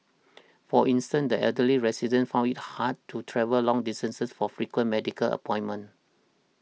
for instance the elderly residents found it hard to travel long distances for frequent medical appointments